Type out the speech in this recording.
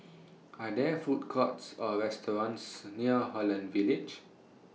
Are There Food Courts Or restaurants near Holland Village